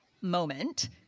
moment